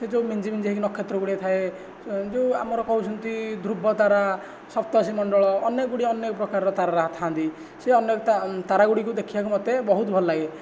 ସେ ଯେଉଁ ମିଞ୍ଜି ମିଞ୍ଜି ହୋଇକି ନକ୍ଷତ୍ର ଗୁଡ଼େ ଥାଏ ଯେଉଁ ଆମର କହୁଛନ୍ତି ଧ୍ରୁବ ତାରା ସପ୍ତର୍ଷି ମଣ୍ଡଳ ଅନେକ ଗୁଡ଼ିଏ ଅନେକ ପ୍ରକାର ତାରା ଥାନ୍ତି ସେ ଅନେକ ତାରା ଗୁଡ଼ିକୁ ଦେଖିବାକୁ ମୋତେ ବହୁତ ଭଲ ଲାଗେ